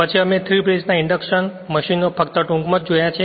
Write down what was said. પછી અમે 3 ફેઝ ના ઇન્ડક્શન મશીનો ફક્ત ટૂંકમાં જ જોયા છે